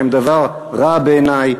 הן דבר רע בעיני.